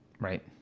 Right